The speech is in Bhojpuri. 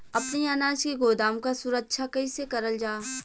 अपने अनाज के गोदाम क सुरक्षा कइसे करल जा?